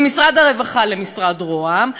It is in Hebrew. ממשרד הרווחה למשרד ראש הממשלה,